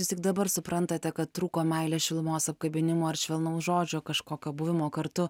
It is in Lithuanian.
jūs tik dabar suprantate kad trūko meilės šilumos apkabinimų ar švelnaus žodžio kažkokio buvimo kartu